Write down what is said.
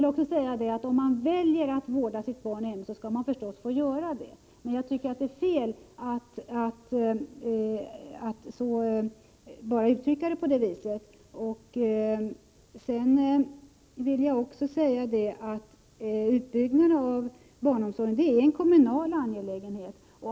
Om man väljer att vårda sitt barn i hemmet skall man förstås få göra det, men jag tycker att det är fel att bara uttrycka det på det viset. Jag vill också understryka att utbyggnaden av barnomsorgen är en kommunal angelägenhet.